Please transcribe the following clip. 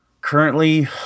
currently